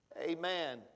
Amen